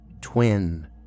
twin